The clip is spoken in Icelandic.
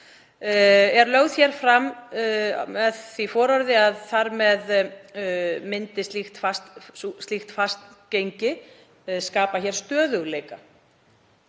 er lögð fram með því fororði að þar með myndi slíkt fastgengi skapa stöðugleika